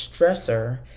stressor